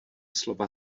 slova